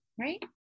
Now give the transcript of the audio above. Right